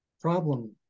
problem